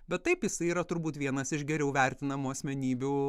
bet taip jisai yra turbūt vienas iš geriau vertinamų asmenybių